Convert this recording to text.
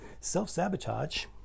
self-sabotage